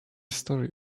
story